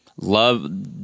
love